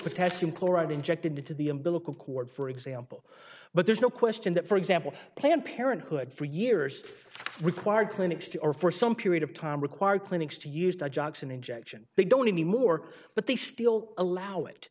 potassium chloride injected into the umbilical cord for example but there's no question that for example planned parenthood for years required clinics to or for some period of time require clinics to use the jackson injection they don't anymore but they still allow it